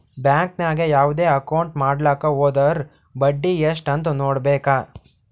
bank ನಾಗ್ ಯಾವ್ದೇ account ಮಾಡ್ಲಾಕ ಹೊದುರ್ ಬಡ್ಡಿ ಎಸ್ಟ್ ಅಂತ್ ನೊಡ್ಬೇಕ